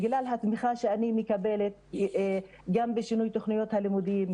בגלל התמיכה שאני מקבלת בשינוי תוכניות הלימודים,